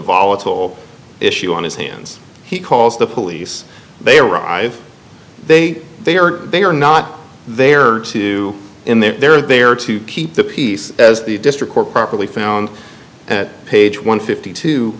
volatile issue on his hands he calls the police they arrive they they are they are not there to in they're there to keep the peace the district court properly found at page one fifty two